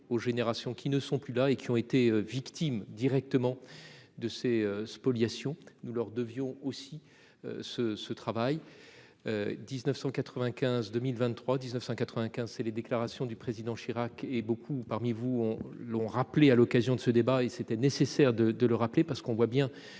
aux générations qui ne sont plus là et qui ont été victimes directement. De ces spoliations nous leur devions aussi ce ce travail. 19.195 2023 19.195. C'est les déclarations du président Chirac et beaucoup parmi vous l'ont rappelé à l'occasion de ce débat et c'était nécessaire de de le rappeler parce qu'on voit bien.